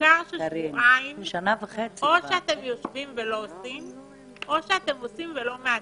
ניכר ששבועיים או שאתם עושים ולא מעדכנים,